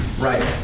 Right